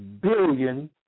billion